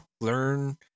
learn